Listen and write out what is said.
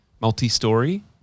multi-story